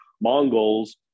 Mongols